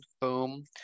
Boom